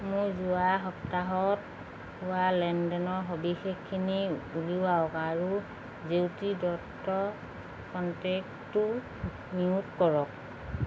মোৰ যোৱা সপ্তাহত হোৱা লেনদেনৰ সবিশেষখিনি উলিয়াওক আৰু জেউতি দত্ত কণ্টেক্টটো মিউট কৰক